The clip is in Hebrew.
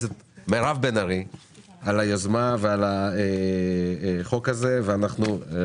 על היוזמה ועל שהביאה את החוק הזה כהצעה פרטית.